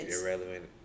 irrelevant